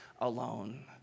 alone